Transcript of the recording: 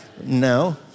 No